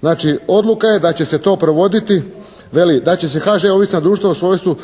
Znači odluka je da će se to provoditi. Veli: Da će se HŽ ovisno o društvenom svojstvu